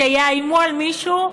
כשיאיימו על מישהו,